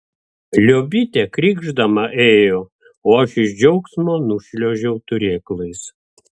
liobytė krykšdama ėjo o aš iš džiaugsmo nušliuožiau turėklais